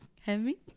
Heavy